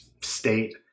state